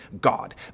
God